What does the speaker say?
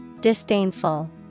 Disdainful